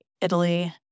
italy